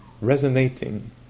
resonating